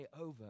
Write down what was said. over